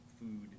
food